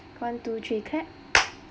one two three clap